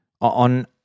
On